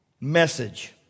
message